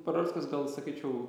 parulskis gal sakyčiau